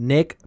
Nick